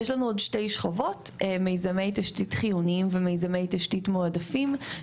יש לנו עוד שתי שכבות: מיזמי תשתית חיוניים ומיזמי תשתית מועדפים,